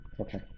okay